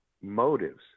motives